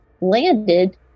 landed